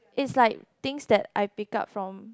is like things that I pick up from